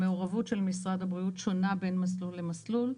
המעורבות של משרד הבריאות שונה בין מסלול למסלול,